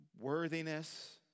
worthiness